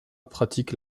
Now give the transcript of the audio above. pratique